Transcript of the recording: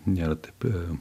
nėra taip